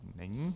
Není.